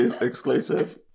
exclusive